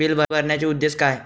Bill भरण्याचे उद्देश काय?